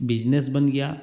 business बन गया